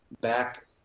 back